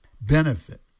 Benefit